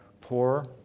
poor